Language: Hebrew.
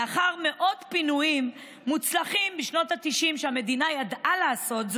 לאחר מאות פינויים מוצלחים בשנות התשעים שהמדינה ידעה לעשות,